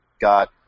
got